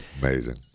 amazing